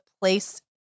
place